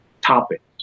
topics